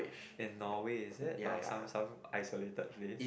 in Norway is it or some some isolated place